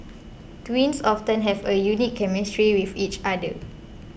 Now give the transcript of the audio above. twins often have a unique chemistry with each other